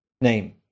name